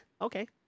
okay